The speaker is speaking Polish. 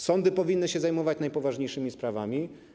Sądy powinny się zajmować najpoważniejszymi sprawami.